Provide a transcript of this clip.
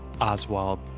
Oswald